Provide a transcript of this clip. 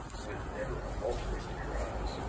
with never a faltering in her eyes,